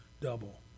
double